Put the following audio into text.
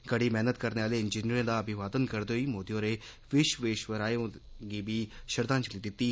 कड़ी मेहनत करने आले इंजीनियरें दा अभिवादन करदे होई श्री मोदी होरें विश्वेश्वराय होरें गी बी श्रद्धांजलि दित्ती